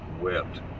wept